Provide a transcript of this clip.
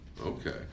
Okay